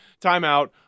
timeout